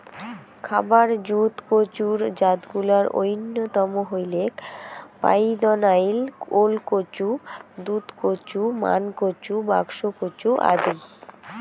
খাবার জুত কচুর জাতগুলার অইন্যতম হইলেক পাইদনাইল, ওলকচু, দুধকচু, মানকচু, বাক্সকচু আদি